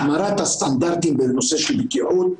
החמרת הסטנדרטים בנושא של בטיחות,